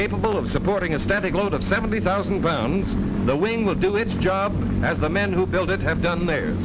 capable of supporting a static load of seventy thousand pounds the wing will do its job as the men who built it have done there